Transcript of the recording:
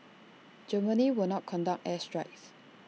Germany will not conduct air strikes